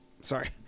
sorry